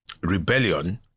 rebellion